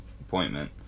appointment